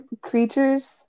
creatures